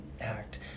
act